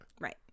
Right